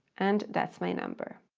and that's my number.